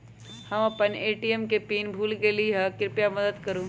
हम अपन ATM PIN भूल गेली ह, कृपया मदत करू